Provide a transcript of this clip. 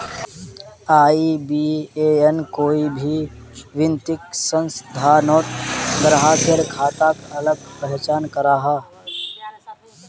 IBAN कोई भी वित्तिय संस्थानोत ग्राह्केर खाताक अलग पहचान कराहा